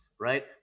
right